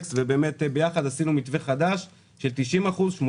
אלכס וביחד עשינו מתווה חדש של 90%, 80%,